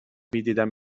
میدیدم